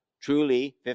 truly